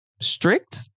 strict